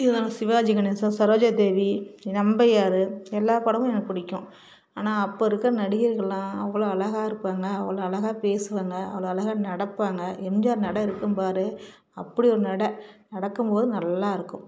இதில் நம்ம சிவாஜிகணேசன் சரோஜாதேவி நம்பியார் எல்லா படமும் எனக்கு பிடிக்கும் ஆனால் அப்போ இருக்கற நடிகர்கள்லாம் அவ்வளோ அழகாக இருப்பாங்க அவ்வளோ அழகாக பேசுவாங்க அவ்வளோ அழகாக நடப்பாங்க எம்ஜிஆர் நட இருக்கும் பாரர் அப்படி ஒரு நடை நடக்கும் போது நல்லாயிருக்கும்